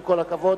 עם כל הכבוד,